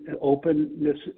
openness